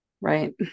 right